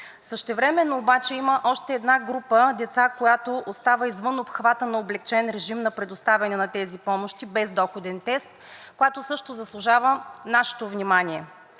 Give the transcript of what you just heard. Същевременно обаче има още една група деца, която остава извън обхвата на облекчен режим на предоставяне на тези помощи без доходен тест, която също заслужава нашето внимание